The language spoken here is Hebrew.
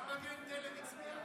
גם מגן תלם הצביעה.